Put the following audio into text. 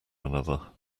another